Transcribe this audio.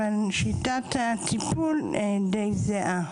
אבל שיטת הטיפול די זהה.